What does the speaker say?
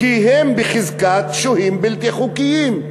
כי הם בחזקת שוהים בלתי חוקיים.